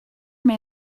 may